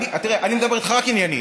אני מדבר איתך רק עניינית,